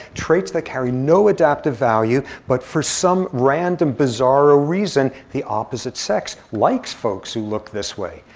traits that carry no adaptive value, but for some random, bizarre ah reason, the opposite sex likes folks who look this way.